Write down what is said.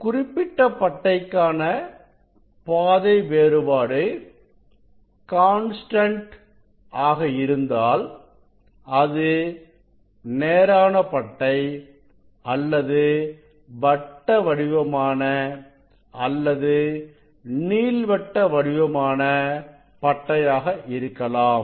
ஒரு குறிப்பிட்ட பட்டைக்கான பாதை வேறுபாடு கான்ஸ்டன்ட் ஆக இருந்தாள் அது நேரான பட்டை அல்லது வட்ட வடிவமான அல்லது நீள்வட்ட வடிவமான பட்டையாக இருக்கலாம்